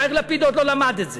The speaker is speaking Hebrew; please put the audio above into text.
יאיר לפיד עוד לא למד את זה,